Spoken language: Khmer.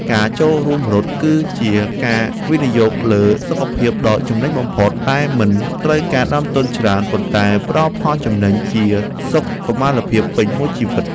ការចូលរួមរត់គឺជាការវិនិយោគលើសុខភាពដ៏ចំណេញបំផុត ដែលមិនត្រូវការដើមទុនច្រើន ប៉ុន្តែផ្ដល់ផលចំណេញជាសុខុមាលភាពពេញមួយជីវិត។